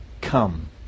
Come